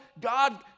God